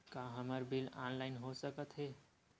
का हमर bill online हो सकत हे?